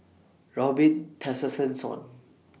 Robin Tessensohn